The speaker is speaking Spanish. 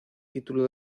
título